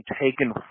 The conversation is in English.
taken